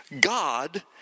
God